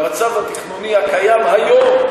המצב התכנוני הקיים היום,